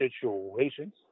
situations